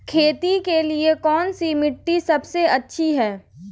खेती के लिए कौन सी मिट्टी सबसे अच्छी है?